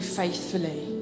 faithfully